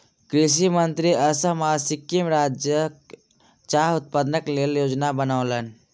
कृषि मंत्री असम आ सिक्किम राज्यक चाह उत्पादनक लेल योजना बनौलैन